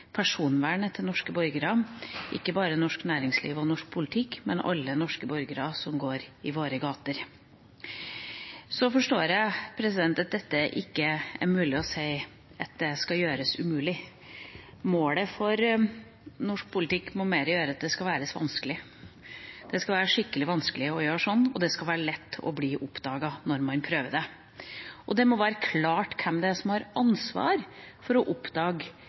ikke bare norsk næringsliv og norsk politikk, men personvernet til alle norske borgere som går i våre gater. Jeg forstår at det ikke er mulig å si at dette skal være umulig. Målet for norsk politikk må mer være at det skal gjøres vanskelig. Det skal være skikkelig vanskelig å gjøre sånt, og det skal være lett å bli oppdaget når man prøver det. Og det må være klart hvem som har ansvaret for å oppdage